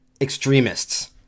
extremists